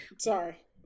Sorry